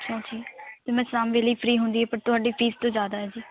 ਅੱਛਾ ਜੀ ਅਤੇ ਮੈਂ ਸ਼ਾਮ ਵੇਲੇ ਹੀ ਫ਼ਰੀ ਹੁੰਦੀ ਹੈ ਪਰ ਤੁਹਾਡੀ ਫ਼ੀਸ ਤਾਂ ਜ਼ਿਆਦਾ ਹੈ ਜੀ